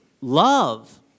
love